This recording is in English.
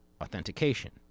authentication